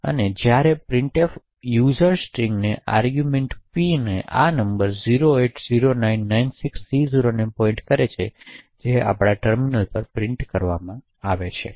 તેથી જ્યારે printf વપરાશકર્તા સ્ટ્રિંગ ને આર્ગૂમેંટ p આ નંબર 080996C0 ને પોઈન્ટ કરે છે જે આપણાં ટર્મિનલ પર પ્રિન્ટ કરવામાં આવે છે